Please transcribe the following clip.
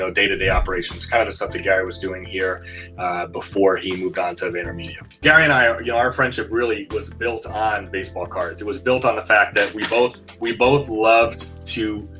so day to day operations. kind of the stuff that gary was doing here before he moved on to vaynermedia. gary and i are. yeah our friendship really was built on baseball cards. it was built on the fact that we both, we both loved to,